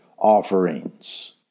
Offerings